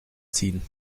ziehen